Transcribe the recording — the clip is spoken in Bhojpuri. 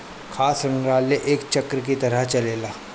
खाद्य शृंखला एक चक्र के तरह चलेला